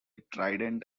trident